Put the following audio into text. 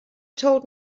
told